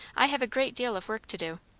i have a great deal of work to do.